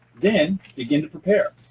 then begin to prepare.